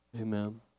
Amen